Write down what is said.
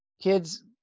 kids